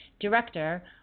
director